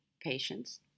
patients